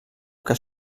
que